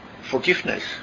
forgiveness